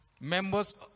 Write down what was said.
members